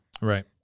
Right